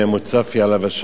שהיה אחד מהמקובלים